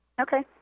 okay